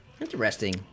Interesting